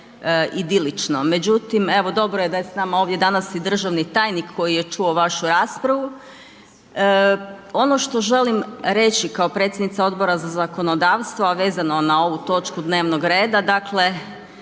Međutim, evo dobro je da je s nama ovdje danas i državni tajnik koji je čuo vašu raspravu. Ono što želim reći kao predsjednica Odbora za zakonodavstvo, a vezano na ovu točku dnevnog reda dakle,